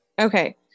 okay